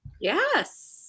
Yes